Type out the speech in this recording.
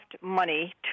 Money